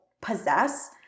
possess